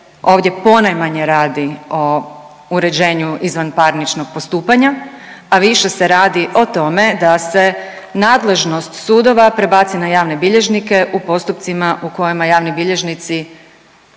ovdje ponajmanje radi o uređenju izvanparničnog postupanja, a više se radi o tome da se nadležnost sudova prebaci na javne bilježnike u postupcima u kojima javni bilježnici